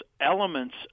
elements